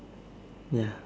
ya